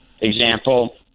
example